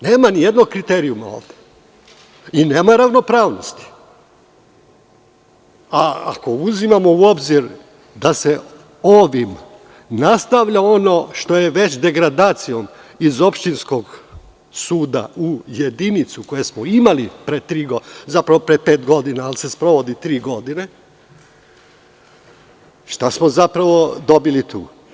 Nema ni jednog kriterijuma ovde i nema ravnopravnosti, a ako uzimamo u obzir da se ovim nastavlja ono što je već degradacijom iz opštinskog suda u jedinicu, koje smo imali pre tri, zapravo pre pet godina, ali se sprovodi tri godine, šta smo zapravo dobili tu?